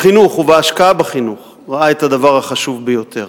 בחינוך ובהשקעה בחינוך ראה את הדבר החשוב ביותר.